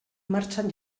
martxan